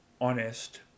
honest